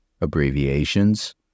abbreviations